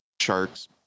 Shark's